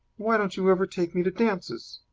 why don't you ever take me to dances?